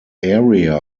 area